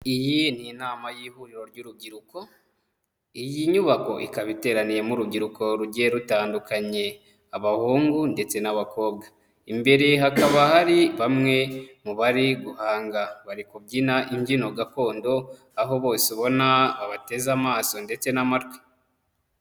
Iyi ni inama y'ihuriro ry'urubyiruko, iyi nyubako ikaba iteraniyemo urubyiruko rugiye rutandukanye, abahungu ndetse n'abakobwa. Imbere hakaba hari bamwe mu bari guhanga bari kubyina imbyino gakondo, aho bose ubona babateze amaso ndetse n'amatwi.